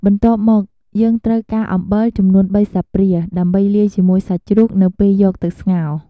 បន្ទាប់មក យើងត្រូវការអំបិល ចំនួនបីស្លាបព្រា ដើម្បីលាយជាមួយសាច់ជ្រូកនៅពេលយកទៅស្ងោរ។